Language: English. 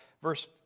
Verse